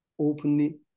openly